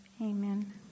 amen